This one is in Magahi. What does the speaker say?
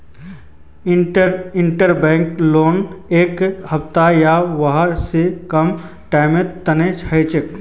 इंटरबैंक लोन एक हफ्ता या वहा स कम टाइमेर तने हछेक